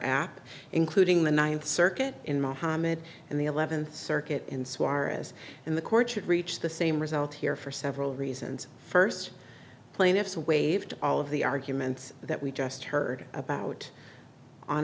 app including the ninth circuit in mohammad and the eleventh circuit in suarez and the court should reach the same result here for several reasons first plaintiffs waived all of the arguments that we just heard about on